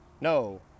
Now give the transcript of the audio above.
No